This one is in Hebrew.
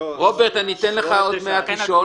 רוברט, אני אתן לך עוד מעט לשאול.